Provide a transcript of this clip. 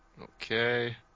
Okay